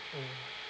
mm